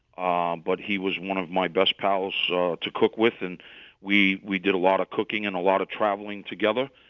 ah but he was also one of my best pals to cook with. and we we did a lot of cooking and a lot of traveling together.